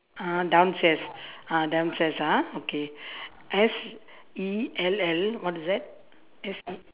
ah downstairs ah downstairs ah okay S E L L what is that S E